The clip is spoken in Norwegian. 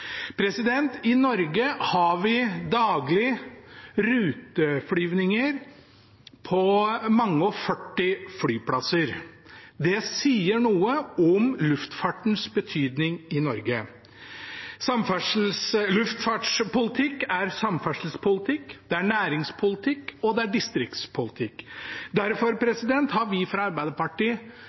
I Norge har vi daglig ruteflygninger på mange og førti flyplasser. Det sier noe om luftfartens betydning i Norge. Luftfartspolitikk er samferdselspolitikk, det er næringspolitikk, og det er distriktspolitikk. Derfor har vi fra Arbeiderpartiet